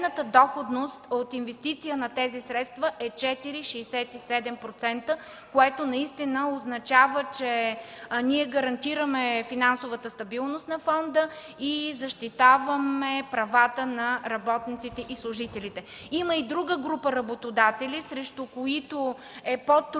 доходност от инвестиция на тези средства е 4,67%, което означава, че ние гарантираме финансовата стабилност на фонда и защитаваме правата на работниците и служителите. Има и друга група работодатели, срещу които е по-трудно